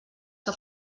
que